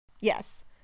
Yes